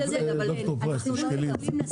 ד"ר פרייס, תשקלי את זה.